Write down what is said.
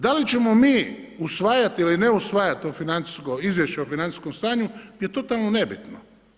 Da li ćemo mi usvajati ili ne usvajati to financijsko izvješće o financijskom stanju je totalno nebitno.